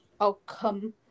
outcome